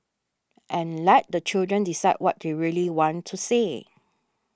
and let the children decide what they really want to say